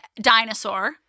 dinosaur